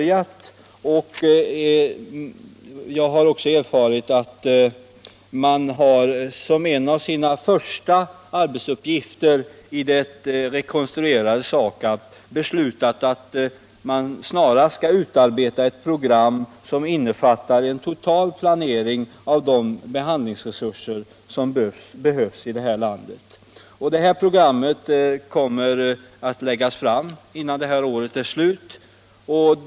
Jag har också erfarit att man som en av sina första arbetsuppgifter i det rekonstruerade SAKAB har beslutat att snarast utarbeta ett program som innefattar en total planering av de behandlingsresurser som behövs i vårt land. Detta program kommer att läggas fram före årets slut.